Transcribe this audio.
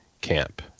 camp